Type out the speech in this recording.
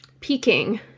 Peking